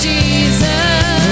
Jesus